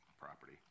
property